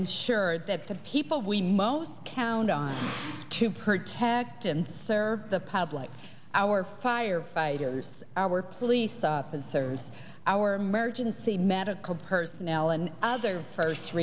ensure that the people we most count on to protect and serve the public our firefighters our police officers our emergency medical personnel and other first